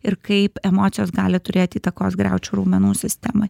ir kaip emocijos gali turėt įtakos griaučių raumenų sistemai